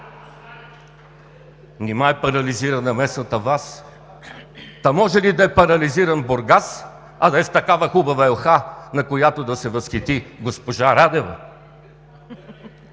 Нима е парализирана местната власт? Може ли да е парализиран Бургас, а да е с такава хубава елха, на която да се възхити госпожа Радева?